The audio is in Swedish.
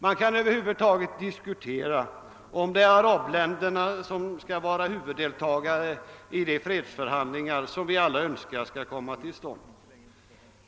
Man kan diskutera om arabländerna över huvud taget skall vara deltagare i de fredsförhandlingar som vi alla önskar skall komma till stånd.